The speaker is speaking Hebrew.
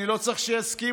אני לא צריך שיסכימו.